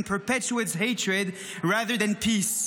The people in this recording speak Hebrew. and perpetuates hatred rather than peace.